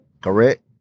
correct